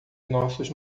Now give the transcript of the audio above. nossos